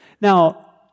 Now